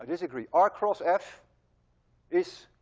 disagree. r cross f is.